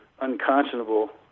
unconscionable